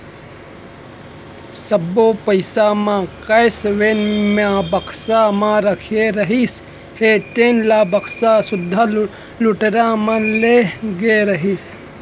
सब्बो पइसा म कैस वेन म बक्सा म रखाए रहिस हे तेन ल बक्सा सुद्धा लुटेरा मन ले गे रहिस